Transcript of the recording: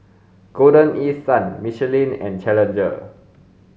Golden East Sun Michelin and Challenger